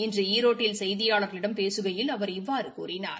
இன்று ஈரோட்டில் செய்தியாளா்களிடம் பேசுகையில் அவர் இவ்வாறு கூறினார்